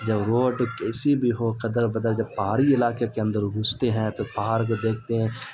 جب روڈ کیسی بھی ہو کھدر بدر جب پہاڑی علاقے کے اندر گھستے ہیں تو پہاڑ کو دیکھتے ہیں